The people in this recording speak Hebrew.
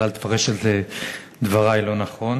אז אל תפרש את דברי לא נכון.